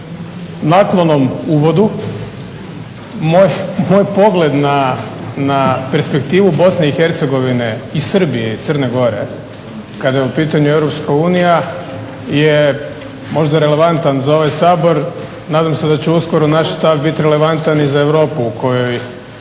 naklonom uvodu. Moj pogled na perspektivu BiH i Srbije i Crne Gore kada je u pitanju Europska unija je možda relevantan za ovaj Sabor. Nadam se da će uskoro naš stav biti relevantan i za Europu u kojoj